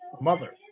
Mother